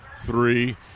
three